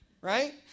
right